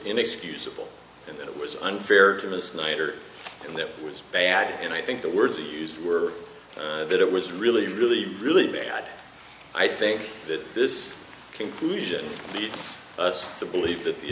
inexcusable and that it was unfair to miss niger and that was bad and i think the words he used were that it was really really really bad i think that this conclusion leads us to believe that the